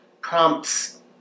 prompts